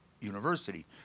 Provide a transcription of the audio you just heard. university